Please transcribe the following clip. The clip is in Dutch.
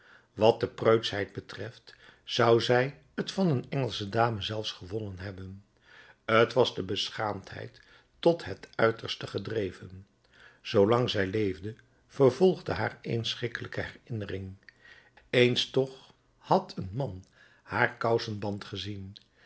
wat de preutschheid betreft zou zij t van een engelsche dame zelfs gewonnen hebben t was de beschaamdheid tot het uiterste gedreven zoolang zij leefde vervolgde haar één schrikkelijke herinnering eens toch had een man haar kousenband gezien